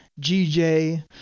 GJ